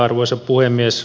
arvoisa puhemies